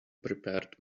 prepared